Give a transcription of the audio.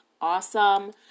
awesome